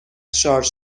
شارژ